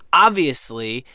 obviously,